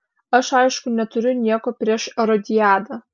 aš aišku neturiu nieko prieš erodiadą